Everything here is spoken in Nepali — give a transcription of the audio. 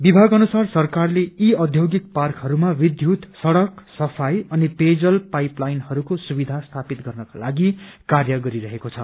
विभाग अनुसार सरकारले यी औद्योगिक पार्कहरूमा विद्युत सड़क सफाई अनि पेयजल पाइप लाइनहरूको सुविधा स्थापित गर्नका लागि कार्य गरिरहेको छ